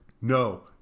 no